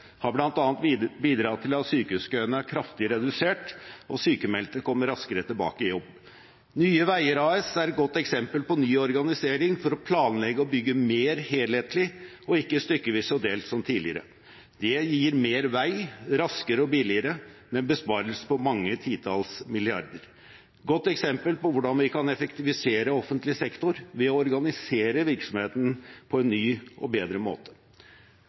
bidratt til at sykehuskøene er kraftig redusert, og sykmeldte kommer raskere tilbake i jobb. Nye Veier AS er et godt eksempel på ny organisering for å planlegge og bygge mer helhetlig og ikke stykkevis og delt som tidligere. Det gir mer vei, raskere og billigere, med besparelser på mange titalls milliarder – et godt eksempel på hvordan vi kan effektivisere offentlig sektor ved å organisere virksomheten på en ny og bedre måte.